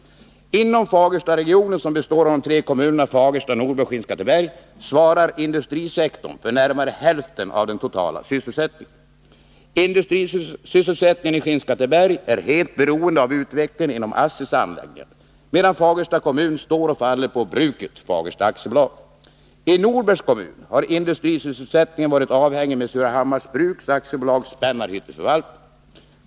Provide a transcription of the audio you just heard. Inom Fagerstaregionen, som består av de tre kommunerna Fagersta, Norberg och Skinnskatteberg, svarar industrisektorn för närmare hälften av den totala sysselsättningen. Industrisysselsättningen i Skinnskatteberg är helt beroende av utvecklingen inom ASSI:s anläggningar, medan Fagersta kommun står och faller med bruket, Fagersta AB. I Norbergs kommun har industrisysselsättningen varit avhängig av Spännarhytteförvaltningen inom Surahammars Bruks AB.